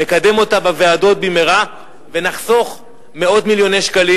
נקדם אותה בוועדות במהרה ונחסוך מאות מיליוני שקלים.